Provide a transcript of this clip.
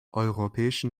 europäischen